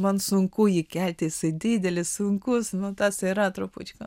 man sunku jį kelti jisai didelis sunkus nu tas yra trupučiuką